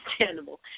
understandable